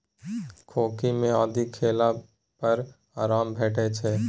खोंखी मे आदि खेला पर आराम भेटै छै